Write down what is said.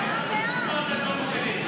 אל תעשה עליי פוליטיקה, לשמוע את הנאום שלי.